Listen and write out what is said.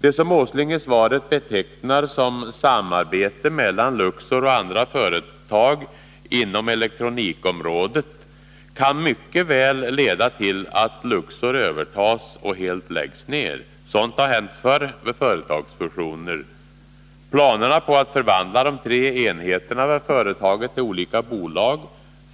Det som Nils Åsling i svaret betecknar som ”samarbete mellan Luxor och andra företag inom elektronikområdet” kan mycket väl leda till att Luxor övertas och helt läggs ned. Sådant har hänt förr vid företagsfusioner. Planerna på att förvandla de tre enheterna vid företaget till olika bolag